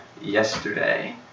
yesterday